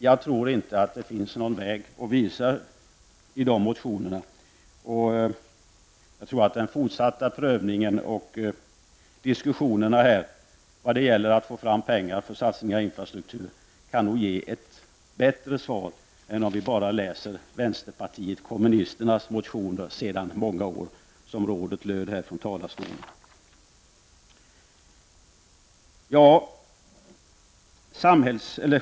Jag tror inte att det visas någon väg i de motionerna. Den fortsatta prövningen och diskussionerna när det gäller att få fram pengar för satsning på infrastruktur kan nog ge ett bättre besked än läsningen av bara vänsterpartiet kommunisternas motioner under många år -- detta sagt med tanke på det råd som vi fick här från talarstolen.